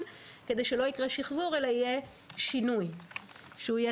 כדי שלא יקרה שחזור אלא יהיה שינוי טיפולי.